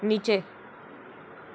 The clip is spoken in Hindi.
नीचे